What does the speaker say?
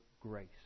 grace